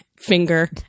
finger